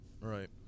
Right